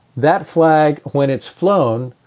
that flag, when it's flown,